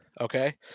Okay